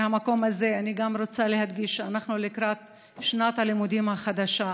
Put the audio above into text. מהמקום הזה אני גם רוצה להדגיש שאנחנו לקראת שנת הלימודים החדשה.